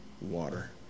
water